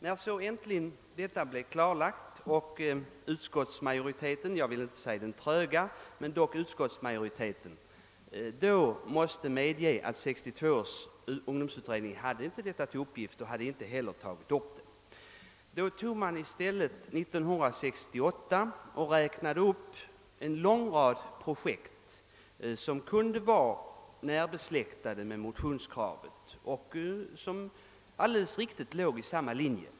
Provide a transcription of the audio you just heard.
När detta äntligen var klarlagt och utskottismajoriteten — jag vill inte säga den tröga utskottsmajoriteten — år 1968 måste medge att 1962 års ungdomsutredning inte hade till uppgift att ta upp denna fråga och inte heller tagit upp den, räknade man i stället upp en lång rad projekt som kunde vara närbesläktade med dem som åsyftats i motionen.